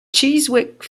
chiswick